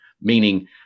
meaning